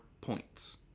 points